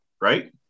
right